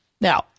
now